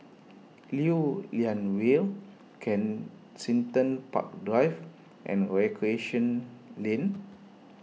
Lew Lian Vale Kensington Park Drive and Recreation Lane